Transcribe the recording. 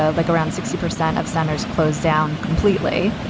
ah like around sixty percent of centers closed down completely.